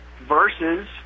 versus